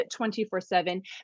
24-7